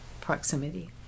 proximity